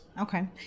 Okay